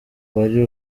wari